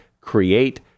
create